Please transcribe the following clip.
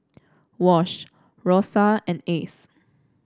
Wash Rosa and Ace